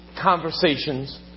conversations